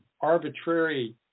arbitrary